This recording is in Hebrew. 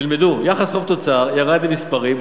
תלמדו: יחס חוב תוצר ירד למספרים,